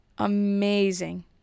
amazing